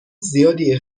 زیادی